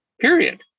period